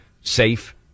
safe